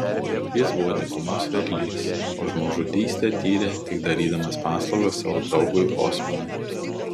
jis buvo dykumos vedlys o žmogžudystę tyrė tik darydamas paslaugą savo draugui osmanui